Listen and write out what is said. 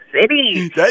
city